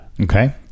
Okay